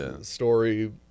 story